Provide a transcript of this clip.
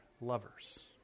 lovers